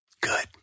Good